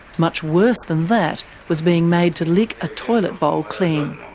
much worse than that was being made to lick a toilet bowl clean.